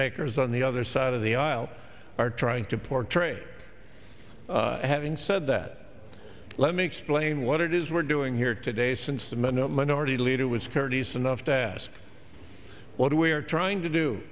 makers on the other side of the aisle are trying to portray having said that let me explain what it is we're doing here today since the minute minority leader was courteous enough to ask what we are trying to do